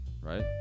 right